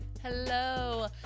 Hello